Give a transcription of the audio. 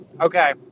Okay